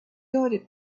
ordered